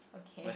okay